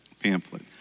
pamphlet